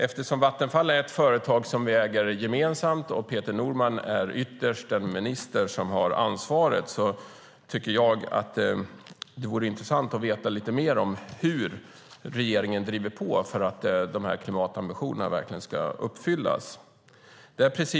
Eftersom Vattenfall är ett företag som vi äger gemensamt och Peter Norman är den minister som ytterst har ansvaret tycker jag att det vore intressant att få veta lite mer om hur regeringen driver på för att klimatambitionerna verkligen ska uppfyllas.